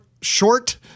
short